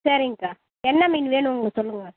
சரிங்க அக்கா என்ன மீன் வேணும் உங்களுக்கு சொல்லுங்கள்